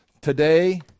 today